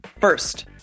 First